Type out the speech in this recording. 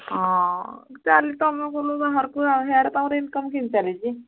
ହଁ ଚାଲି ତୁମେ ଗଲ ବାହାରକୁ ସେଆଡ଼େ ତମର ଇନକମ୍ କିନ୍ତି ଚାଲିଛି